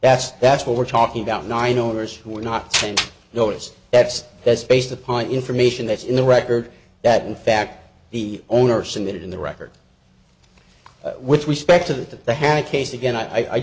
that's that's what we're talking about nine owners who were not noticed that's that's based upon information that's in the record that in fact the owner submitted in the record which respect to the hat case again i